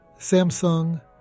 Samsung